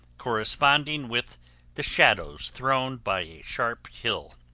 corresponding with the shadows thrown by a sharp hill.